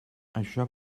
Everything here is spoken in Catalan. això